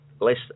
less